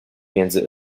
między